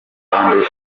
abazungu